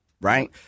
Right